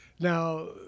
Now